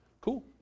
Cool